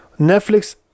Netflix